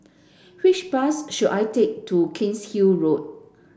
which bus should I take to Cairnhill Road